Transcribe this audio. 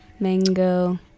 Mango